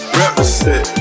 represent